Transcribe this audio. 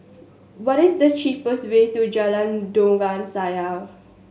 what is the cheapest way to Jalan Dondang Sayang